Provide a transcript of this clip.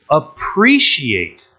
appreciate